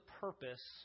purpose